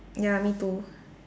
ya me too